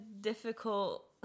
difficult